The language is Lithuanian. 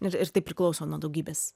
ir ir tai priklauso nuo daugybės